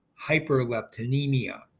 hyperleptinemia